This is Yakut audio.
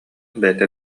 бэйэтэ